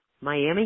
Miami